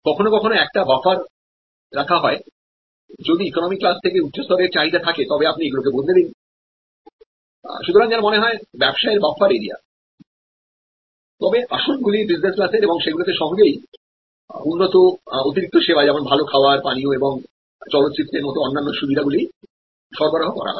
কখনও কখনও একটি বাফার রাখা হয় যদি ইকোনমি ক্লাস থেকে উচ্চ স্তরের চাহিদা থাকে তবে আপনি এগুলিকে বদলে দিন সুতরাং যেন মনে হয় ব্যবসায়ের বাফার এরিয়া তবে আসনগুলি বিজনেস ক্লাসের এবং সেগুলি তে সহজেই উন্নত অতিরিক্ত সেবা যেমন ভাল খাবার পানীয় এবং চলচ্চিত্রের মতো অন্যান্য সুবিধাগুলি সরবরাহ করা হয়